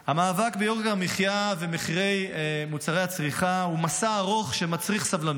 המאבק ביוקר המחיה ומחירי מוצרי הצריכה הוא מסע ארוך שמצריך סבלנות.